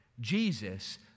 Jesus